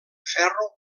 ferro